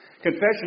Confession